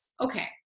Okay